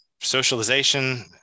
socialization